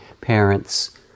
parents